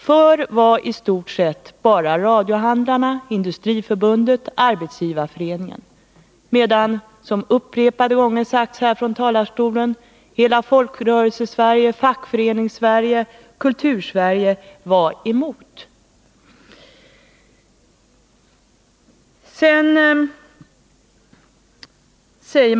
För var i stort sett bara radiohandlarna, Industriförbundet och Arbetsgivareföreningen, medan — det har upprepade gånger sagts från kammarens talarstol — hela Folkrörelsesverige, Fackföreningssverige och Kultursverige var emot.